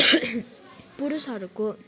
पुरुषहरूको